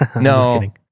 no